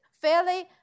fairly